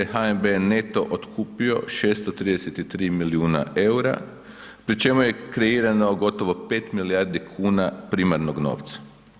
HNB je neto otkupio 633 milijuna EUR-a, pri čemu je kreirano gotovo 5 milijardi kuna primarnog novca.